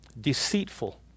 deceitful